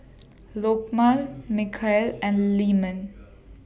Lokman Mikhail and Leman